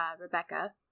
Rebecca